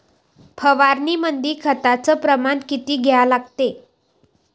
फवारनीमंदी खताचं प्रमान किती घ्या लागते?